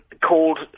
called